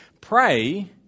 pray